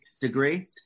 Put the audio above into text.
degree